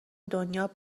دنیا